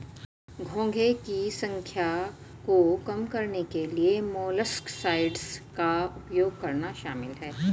घोंघे की संख्या को कम करने के लिए मोलस्कसाइड्स का उपयोग करना शामिल है